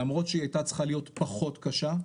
למרות שהיא הייתה צריכה להיות פחות קשה,